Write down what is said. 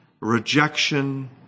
rejection